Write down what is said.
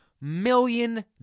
million